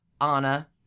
Anna